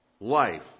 life